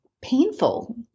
painful